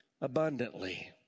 abundantly